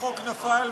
החוק נפל,